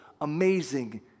amazing